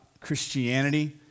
Christianity